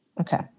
Okay